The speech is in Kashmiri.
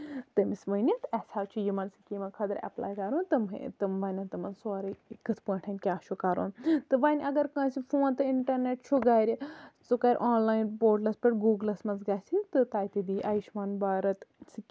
تٔمِس ؤنِتھ اَسہِ حظ چھُ یِمَن سِکیٖمَن خٲطرٕ اٮ۪پلے کَرُن تہٕ تٔمۍ وَنن تِمن سورُے کِتھ پٲٹھۍ کیاہ چھُ کَرُن تہٕ وۄنۍ اَگر کٲنسہِ فون تہٕ انٹرنیٹ چھُ گرِ سُہ کرِ آنلایِن پوٹلَس پٮ۪ٹھ گوٗگلَس منٛز گژھِ تہٕ تَتہِ دِ آیُش مان بارت